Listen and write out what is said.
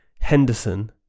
Henderson